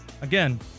again